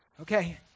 Okay